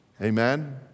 Amen